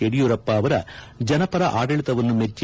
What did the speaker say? ಯಡಿಯೂರಪ್ಪ ಅವರ ಜನಪರ ಆಡಳಿತವನ್ನು ಮೆಚ್ಚ